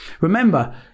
Remember